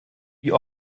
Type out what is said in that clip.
wie